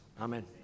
Amen